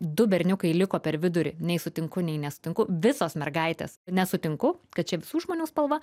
du berniukai liko per vidurį nei sutinku nei nesutinku visos mergaitės nesutinku kad čia visų žmonių spalva